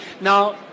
now